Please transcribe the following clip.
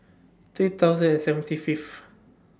three thousand and seventy Fifth